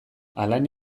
alain